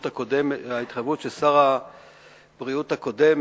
הקודמת בעקבות ההתחייבות של שר הבריאות הקודם,